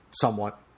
somewhat